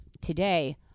Today